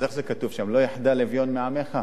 אז איך כתוב שם: "לא יחדל אביון מעמך?"